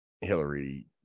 Hillary